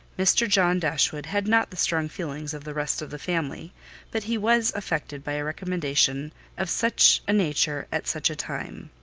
mr. john dashwood had not the strong feelings of the rest of the family but he was affected by a recommendation of such a nature at such a time,